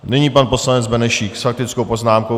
Nyní pan poslanec Benešík s faktickou poznámkou.